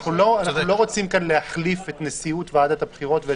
אנחנו לא רוצים להחליף כאן את נשיאות ועדת הבחירות.